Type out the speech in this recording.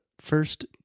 first